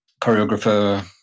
choreographer